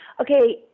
okay